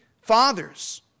fathers